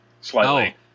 slightly